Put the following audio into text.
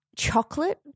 Chocolate